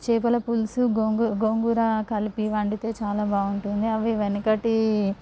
చేపల పులుసు గోంగూర గోంగూర కలిపి వండితే చాలా బాగుంటుంది అవి వెనకటి